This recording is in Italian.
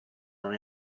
non